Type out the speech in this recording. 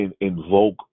invoke